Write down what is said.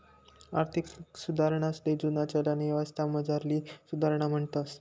आर्थिक सुधारणासले जुना चलन यवस्थामझारली सुधारणा म्हणतंस